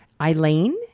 Eileen